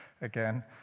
again